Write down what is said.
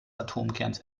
atomkerns